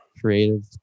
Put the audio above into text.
creative